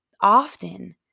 often